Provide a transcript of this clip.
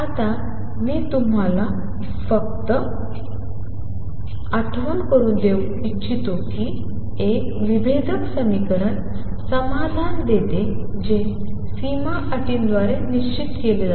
आता मी तुम्हाला फक्त आठवण करून देऊ इच्छितो की एक विभेदक समीकरण समाधान देते जे सीमा अटींद्वारे निश्चित केले जाते